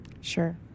Sure